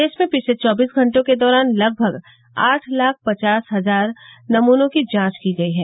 देश में पिछले चौबीस घंटों के दौरान लगभग आठ लाख पचास हजार नमूनों की जांच की गई है